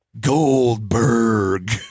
Goldberg